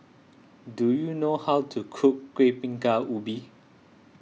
do you know how to cook Kuih Bingka Ubi